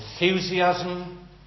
enthusiasm